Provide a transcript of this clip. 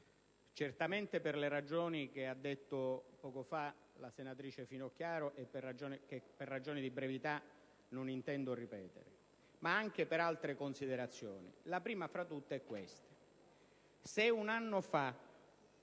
certamente, per le ragioni illustrate poco fa dalla senatrice Finocchiaro, che per motivi di brevità non intendo ripetere, ma anche per altre considerazioni. La prima fra tutte è la seguente: se un anno fa